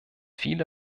viele